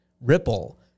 ripple